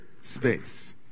space